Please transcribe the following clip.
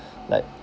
like